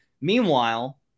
meanwhile